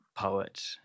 poet